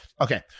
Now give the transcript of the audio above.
Okay